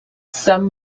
some